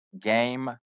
Game